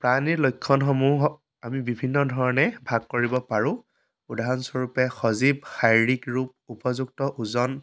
প্ৰাণীৰ লক্ষনসমূহ আমি বিভিন্ন ধৰণে ভাগ কৰিব পাৰোঁ উদাহৰণস্বৰূপে সজীৱ শাৰীৰিক ৰূপ উপযুক্ত ওজন